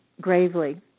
Gravely